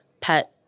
pet